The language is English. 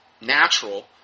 natural